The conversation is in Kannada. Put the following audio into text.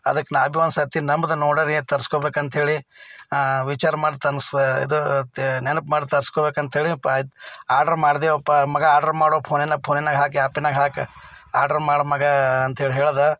ಅದಕ್ಕೆ ನಾನು ಭೀ ಒಂದು ಸರತಿ ನಂಬಿದೆ ನೋಡೋರಿ ತರಿಸ್ಕೊಬೇಕಂತ ಹೇಳಿ ವಿಚಾರ ಮಾಡಿ ತರಿಸ್ದೆ ಇದು ನೆನಪು ಮಾಡಿ ತರಿಸ್ಕೋಳ್ಬೇಕಂತ ಹೇಳಿ ಆರ್ಡ್ರು ಮಾಡಿದೆವಪ್ಪ ಮಗ ಆರ್ಡರು ಮಾಡೋ ಫೋನಿನಾಗ ಫೋನಿನಾಗ ಹಾಕಿ ಆ್ಯಪ್ನಾಗ ಹಾಕಿ ಆರ್ಡ್ರು ಮಾಡು ಮಗಾ ಅಂತ ಹೇಳಿ ಹೇಳಿದೆ